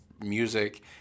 music